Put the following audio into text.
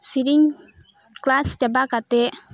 ᱥᱮᱨᱮᱧ ᱠᱮᱞᱟᱥ ᱪᱟᱵᱟ ᱠᱟᱛᱮᱫ